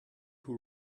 who